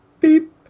beep